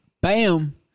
bam